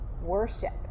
worship